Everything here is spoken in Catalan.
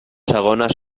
segones